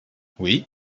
oui